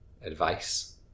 advice